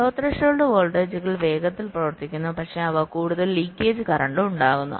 law threshold വോൾട്ടേജുകൾ വേഗത്തിൽ പ്രവർത്തിക്കുന്നു പക്ഷേ അവ കൂടുതൽ ലീക്കേജ് കറന്റ് ഉണ്ടാക്കുന്നു